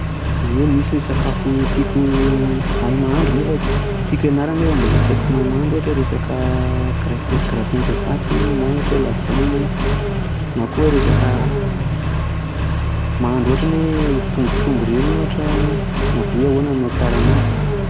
Ie misy ny sakafo tiako hay mahandro, tiako hianarana anefa mbola tsy haiko mahay mahandro, ohatra hoe resaka gratin gratin de pates na ohatra hoe lasagne, na koa hoe resaka, mahandro ohatrany hoe tongotr'omby ireny ohatra hoe ahoana no ahatsara an'azy.